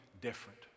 different